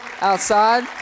outside